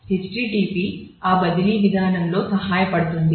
http ఆ బదిలీ విధానంలో సహాయపడుతుంది